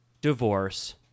divorce